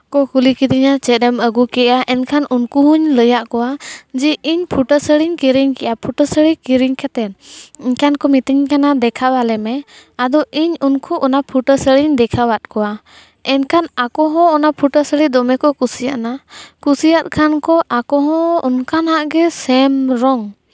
ᱠᱚ ᱠᱩᱞᱤ ᱠᱤᱫᱤᱧᱟ ᱪᱮᱫᱼᱮᱢ ᱟᱹᱜᱩ ᱠᱮᱫᱼᱟ ᱮᱱᱠᱷᱟᱱ ᱩᱱᱠᱩ ᱦᱚᱸᱧ ᱞᱟᱹᱭᱟᱫ ᱠᱚᱣᱟ ᱡᱮ ᱤᱧ ᱯᱷᱩᱴᱟᱹ ᱥᱟᱹᱲᱤᱧ ᱠᱤᱨᱤᱧ ᱠᱮᱫᱼᱟ ᱯᱷᱩᱴᱟᱹ ᱥᱟᱹᱲᱤ ᱠᱤᱨᱤᱧ ᱠᱟᱛᱮᱫ ᱮᱱᱠᱷᱟᱱ ᱠᱚ ᱢᱤᱛᱟᱹᱧ ᱠᱟᱱᱟ ᱫᱮᱠᱷᱟᱣᱟᱞᱮ ᱢᱮ ᱟᱫᱚ ᱤᱧ ᱩᱱᱠᱩ ᱚᱱᱟ ᱯᱷᱩᱴᱟᱹ ᱥᱟᱹᱲᱤᱧ ᱫᱮᱠᱷᱟᱣᱟᱫ ᱠᱚᱣᱟ ᱮᱱᱠᱷᱟᱱ ᱟᱠᱚ ᱦᱚᱸ ᱚᱱᱟ ᱯᱷᱩᱴᱟᱹ ᱥᱟᱹᱲᱤ ᱫᱚᱢᱮ ᱠᱚ ᱠᱩᱥᱤᱭᱟᱫᱼᱟ ᱠᱩᱥᱤᱭᱟᱫ ᱠᱷᱟᱱ ᱠᱚ ᱟᱠᱚ ᱦᱚᱸ ᱚᱱᱠᱟᱱᱟᱜ ᱜᱮ ᱥᱮᱢ ᱨᱚᱝ